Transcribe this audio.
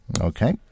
okay